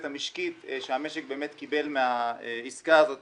המשקית שהמשק באמת קיבל מהעסקה הזאת